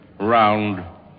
round